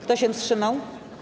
Kto się wstrzymał?